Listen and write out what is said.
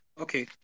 Okay